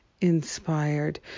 Inspired